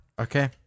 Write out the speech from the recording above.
Okay